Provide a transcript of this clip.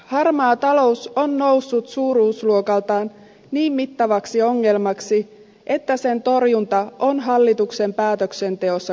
harmaa talous on noussut suuruusluokaltaan niin mittavaksi ongelmaksi että sen torjunta on hallituksen päätöksenteossa keskeisessä asemassa